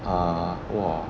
uh !wah!